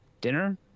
dinner